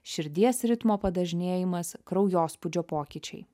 širdies ritmo padažnėjimas kraujospūdžio pokyčiai